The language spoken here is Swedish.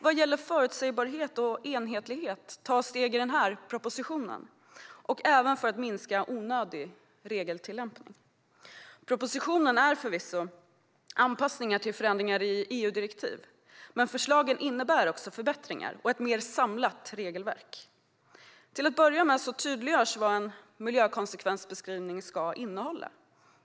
Vad gäller förutsägbarhet och enhetlighet tas steg i propositionen även för att minska onödig regeltillämpning. Propositionen innehåller förvisso anpassningar till förändringar i EU-direktiv, men förslagen innebär också förbättringar och ett mer samlat regelverk. Till att börja med tydliggörs vad en miljökonsekvensbeskrivning ska innehålla.